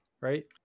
right